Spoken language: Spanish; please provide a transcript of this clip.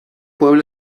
pueblo